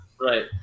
right